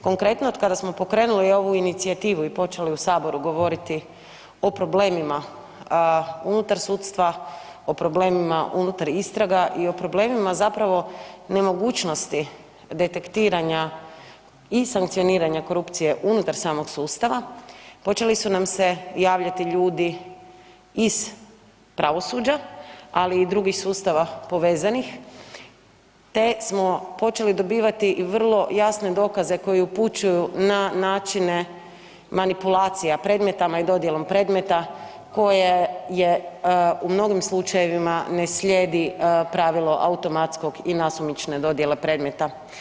Konkretno, kada smo pokrenuli ovu inicijativu i počeli u Saboru govoriti o problemima unutar sudstva, o problemima unutar istraga i o problemima, zapravo nemogućnosti detektiranja i sankcioniranja korupcije unutar samog sustava, počeli su nam se javljati ljudi iz pravosuđa, ali i drugih sustava povezanih te smo počeli dobivati vrlo jasne dokaze koji upućuju na načine manipulacija predmetama i dodjelom predmeta koje je u mnogim slučajevima ne slijedi pravilo automatskog i nasumične dodjele predmeta.